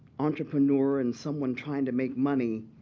entrepreneur and someone trying to make money,